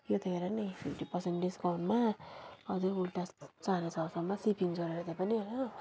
यो त हेर न इ फिफ्टी पर्सेन्ट डिस्काउन्टमा अझै उल्टा साढे छ सयमा सिपिङ जोडेर त्यो पनि होइन